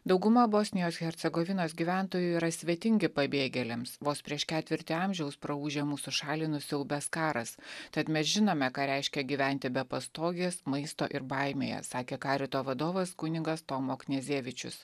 dauguma bosnijos hercegovinos gyventojų yra svetingi pabėgėliams vos prieš ketvirtį amžiaus praūžė mūsų šalį nusiaubęs karas tad mes žinome ką reiškia gyventi be pastogės maisto ir baimėje sakė karito vadovas kunigas tomo knezevičius